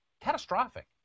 catastrophic